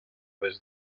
des